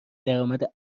درآمد